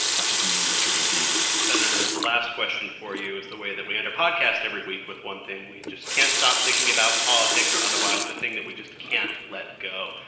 not to demean but to redeem senator, the last question for you is the way that we end our podcast every week with one thing we just can't stop thinking about politics or otherwise the thing that we just can't let go.